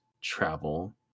travel